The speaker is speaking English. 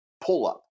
pull-up